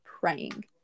praying